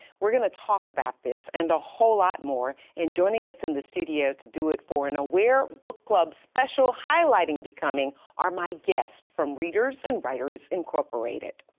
we're going to talk about this and a whole lot more and joining us in the studio to do it for an aware book club special highlighting becoming are my guests from readers and writers incorporated.